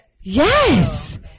Yes